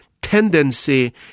tendency